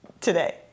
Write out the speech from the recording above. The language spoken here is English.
today